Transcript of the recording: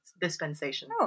dispensation